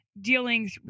dealing